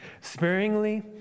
sparingly